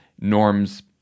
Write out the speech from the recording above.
Norms